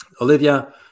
Olivia